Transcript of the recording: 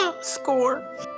score